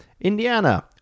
Indiana